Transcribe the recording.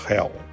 Hell